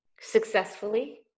successfully